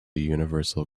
universal